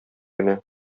генә